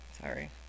Sorry